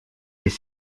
des